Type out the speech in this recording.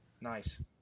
nice